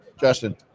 Justin